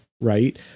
right